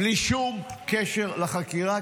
בלי שום קשר לחקירה,